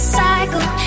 cycle